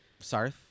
Sarth